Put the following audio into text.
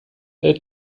they